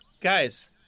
Guys